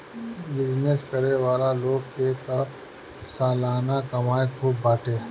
business करे वाला लोग के तअ सलाना कमाई खूब बाटे